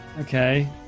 okay